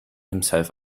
himself